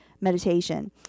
meditation